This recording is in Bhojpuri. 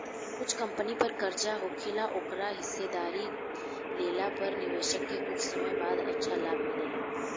कुछ कंपनी पर कर्जा होखेला ओकर हिस्सेदारी लेला पर निवेशक के कुछ समय बाद अच्छा लाभ मिलेला